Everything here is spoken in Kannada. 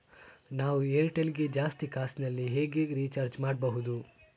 ನಾವು ಏರ್ಟೆಲ್ ಗೆ ಜಾಸ್ತಿ ಕಾಸಿನಲಿ ಹೇಗೆ ರಿಚಾರ್ಜ್ ಮಾಡ್ಬಾಹುದು?